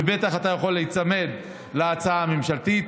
ובטח אתה יכול להיצמד להצעה הממשלתית.